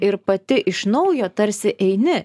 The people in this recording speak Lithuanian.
ir pati iš naujo tarsi eini